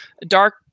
Dark